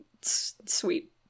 sweet